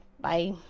Bye